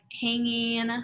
hanging